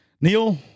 Neil